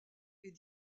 est